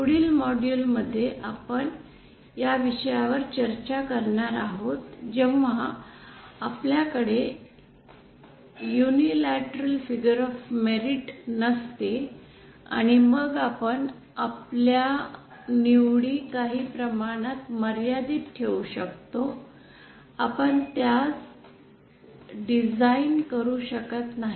पुढील मॉड्यूल मध्ये आपण या विषयावर चर्चा करणार आहोत जेव्हा आपल्याकडे युनिलॅटरल फिगर ऑफ मेरिट नसते आणि मग आपण आपल्या निवडी काही प्रमाणात मर्यादित ठेवू शकतो आपण त्यास डिझाइन करू शकत नाही